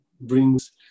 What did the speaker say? brings